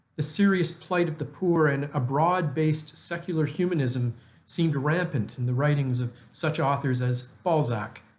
the serious plight of the poor, and a broad-based secular humanism seemed rampant in the writings of such authors as balzac,